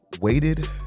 Waited